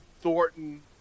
Thornton